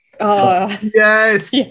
Yes